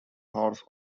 horse